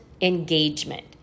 engagement